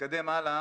נתקדם הלאה.